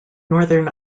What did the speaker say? northern